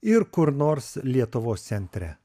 ir kur nors lietuvos centre